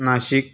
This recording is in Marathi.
नाशिक